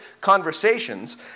conversations